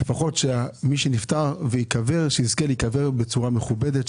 לפחות שמי שנפטר יזכה להיקבר בצורה מכובדת,